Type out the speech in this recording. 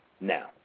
now